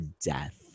death